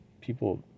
people